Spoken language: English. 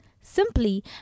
simply